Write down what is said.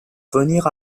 venir